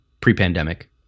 pre-pandemic